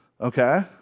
okay